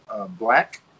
black